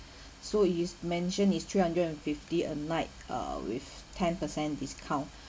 so it's mention it's three hundred and fifty a night uh with ten percent discount